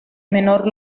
menor